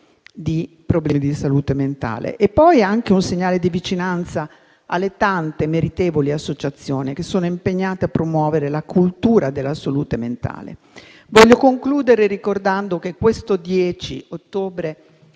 di problemi di salute mentale. Si tratta anche di un segnale di vicinanza alle tante meritevoli associazioni impegnate a promuovere la cultura della salute mentale. Vorrei concludere il mio intervento ricordando che questo 10 ottobre